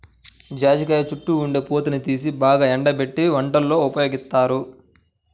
జాజికాయ చుట్టూ ఉండే పూతని తీసి బాగా ఎండబెట్టి వంటల్లో ఉపయోగిత్తారు